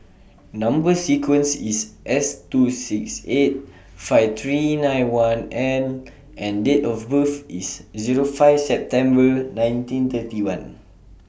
Number sequence IS S two six eight five three nine one L and Date of birth IS Zero five September nineteen thirty one